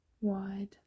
wide